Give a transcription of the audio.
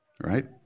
Right